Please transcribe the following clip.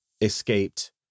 escaped